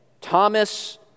Thomas